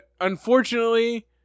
unfortunately